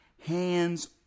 Hands